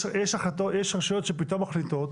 יש רשויות שפתאום מחליטות,